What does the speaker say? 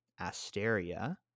Asteria